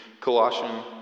Colossian